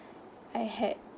I had